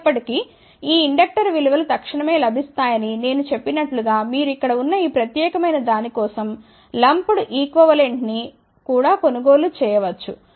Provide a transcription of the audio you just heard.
అయినప్పటి కీ ఈ ఇండక్టర్ విలువ లు తక్షణమే లభిస్తాయని నేను చెప్పినట్లు గా మీరు ఇక్కడ ఉన్న ఈ ప్రత్యేకమైన దాని కోసం లంప్డ్ ఈక్వివలెంట్ ని కూడా కొనుగోలు చేయ వచ్చు